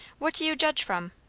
what do you judge from?